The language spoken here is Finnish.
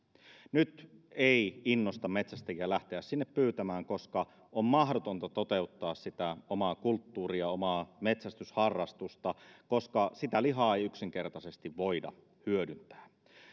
nyt ei innosta metsästäjiä lähteä sinne pyytämään koska on mahdotonta toteuttaa sitä omaa kulttuuria ja omaa metsästysharrastustaan koska sitä lihaa ei yksinkertaisesti voida hyödyntää